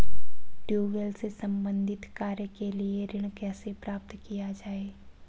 Tubewell से संबंधित कार्य के लिए ऋण कैसे प्राप्त किया जाए?